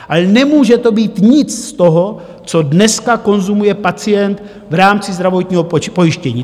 Ale nemůže to být nic z toho, co dneska konzumuje pacient v rámci zdravotního pojištění.